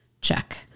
check